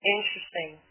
Interesting